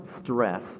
stress